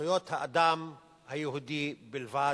זכויות האדם היהודי בלבד,